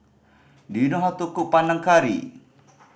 do you know how to cook Panang Curry